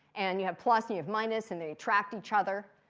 and you have plus, you have minus, and they attract each other.